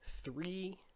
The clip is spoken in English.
three